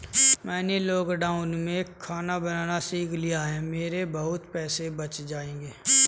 मैंने लॉकडाउन में खाना बनाना सीख लिया है, मेरे बहुत पैसे बच जाएंगे